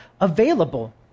available